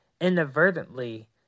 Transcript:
Inadvertently